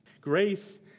Grace